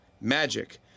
Magic